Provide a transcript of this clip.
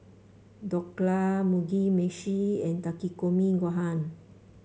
Dhokla Mugi Meshi and Takikomi Gohan